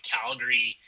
Calgary